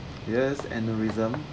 yes aneurysm